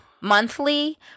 monthly